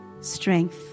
strength